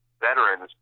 veterans